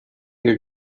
your